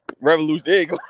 Revolution